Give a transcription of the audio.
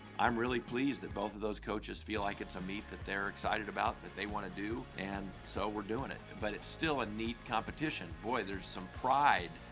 i'm really pleased that both of those coaches feel like it's a meet that they're excited about that they want to do and so we're doing it. but it's still a neat competition. boy, there's some pride,